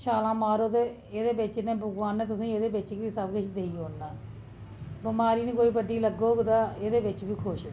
छालां मारो ते एह्दे बिच गै भगोआन ने तुसे ईं एह्दे बिच गै सब किश देई ओड़ना बमारी नेईं कोई बड्डी लगग ते ऐह्दे बिच बी खुश